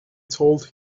told